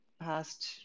past